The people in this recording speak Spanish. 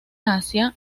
asia